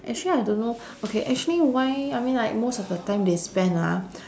actually I don't know okay actually why I mean like most of the time they spend ah